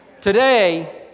Today